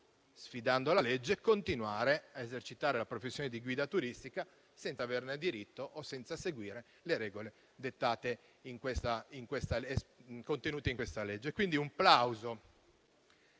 sfidando la legge, continuare a esercitare la professione di guida turistica senza averne diritto o senza seguire le regole contenute nella legge in esame. Quindi, un plauso